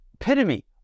epitome